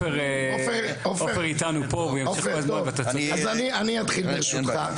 אני אתחיל ברשותך,